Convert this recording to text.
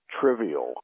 trivial